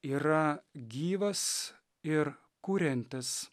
yra gyvas ir kuriantis